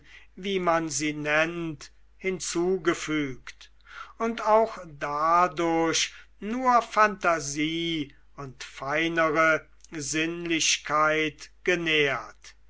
wie man sie nennt hinzugefügt und auch dadurch nur phantasie und feinere sinnlichkeit genährt